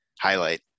highlight